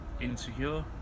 insecure